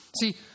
See